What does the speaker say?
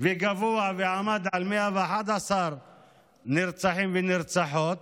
וגבוה ועמד על 111 נרצחים ונרצחות,